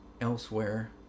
elsewhere